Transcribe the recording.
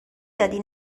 دادی